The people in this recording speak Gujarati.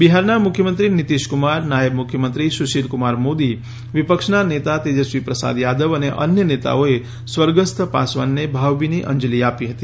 બિહારના મુખ્યમંત્રી નીતીશકુમાર નાયબ મુખ્યમંત્રી સુશીલકુમાર મોદી વિપક્ષના નેતા તેજસ્વી પ્રસાદ યાદવ અને અન્ય નેતાઓએ સ્વર્ગસ્થ પાસવાનને ભાવભીની અંજલી આપી હતી